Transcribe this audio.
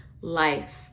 life